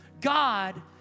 God